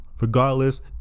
regardless